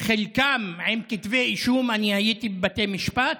חלקם עם כתבי אישום, אני הייתי בבתי המשפט.